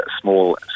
small